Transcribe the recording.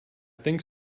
think